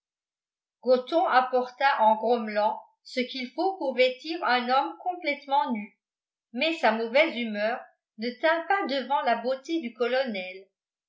gothon apporta en grommelant ce qu'il faut pour vêtir un homme complètement nu mais sa mauvaise humeur ne tint pas devant la beauté du colonel